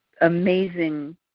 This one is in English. amazing